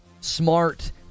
smart